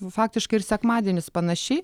faktiškai ir sekmadienis panašiai